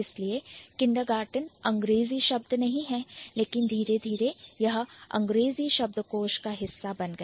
इसलिए kindergarten kindergarten अंग्रेजी शब्द नहीं है लेकिन धीरे धीरे यहां अंग्रेजी शब्दकोश का हिस्सा बन गया